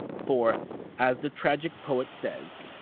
for as the tragic poet says,